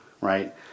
right